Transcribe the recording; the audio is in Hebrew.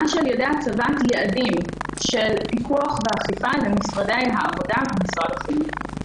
על ידי הצבת יעדים של פיקוח ואכיפה למשרד העבודה ולמשרד החינוך.